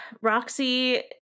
Roxy